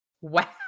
wow